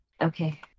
Okay